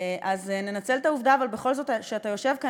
אז ננצל את העובדה שאתה יושב כאן.